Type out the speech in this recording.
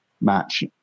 match